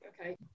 okay